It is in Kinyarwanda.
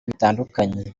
bitandukanye